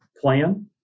plan